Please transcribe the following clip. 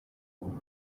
course